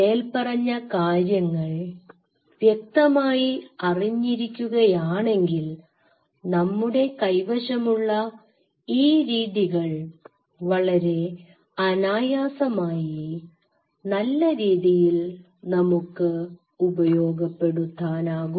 മേൽപ്പറഞ്ഞ കാര്യങ്ങൾ വ്യക്തമായി അറിഞ്ഞിരിക്കുകയാണെങ്കിൽ നമ്മുടെ കൈവശമുള്ള ഈ രീതികൾ വളരെ അനായാസമായി നല്ല രീതിയിൽ നമുക്ക് ഉപയോഗപ്പെടുത്താനാകും